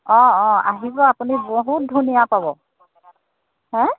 অঁ অঁ আহিব আপুনি বহুত ধুনীয়া পাব হে